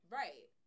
right